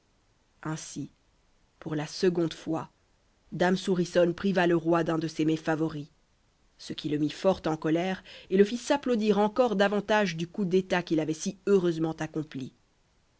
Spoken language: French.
ainsi pour la seconde fois dame souriçonne priva le roi d'un de ses mets favoris ce qui le mit fort en colère et le fit s'applaudir encore davantage du coup d'état qu'il avait si heureusement accompli